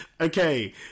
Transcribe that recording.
Okay